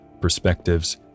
perspectives